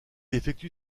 effectue